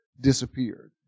disappeared